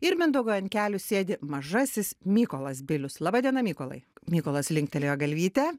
ir mindaugui ant kelių sėdi mažasis mykolas bilius laba diena mykolai mykolas linktelėjo galvytę